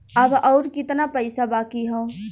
अब अउर कितना पईसा बाकी हव?